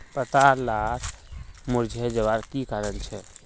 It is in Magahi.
पत्ता लार मुरझे जवार की कारण छे?